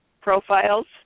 profiles